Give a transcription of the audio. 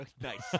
Nice